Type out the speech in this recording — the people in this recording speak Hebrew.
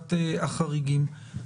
ועדת החריגים.